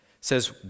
says